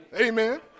Amen